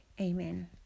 amen